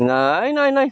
ନାଇଁ ନାଇଁ ନାଇଁ